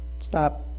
Stop